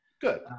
Good